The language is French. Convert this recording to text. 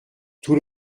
tout